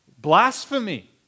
Blasphemy